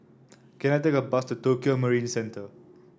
can I take a bus to Tokio Marine Centre